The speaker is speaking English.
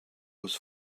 was